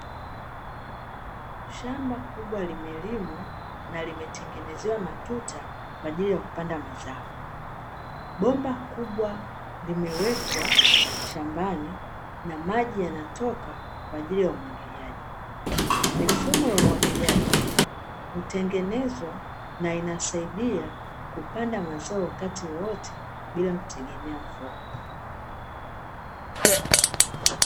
Shamba kubwa limelimwa na limetengenezewa matuta kwa ajili ya kupanda mazao. Bomba kubwa limewekwa shambani na maji yanatoka kwa ajili ya umwagiliaji, mifumo ya umwagiliaji hutengenezwa na inasaidia kupanda mazao wakati wowote bila kutegemea mvua.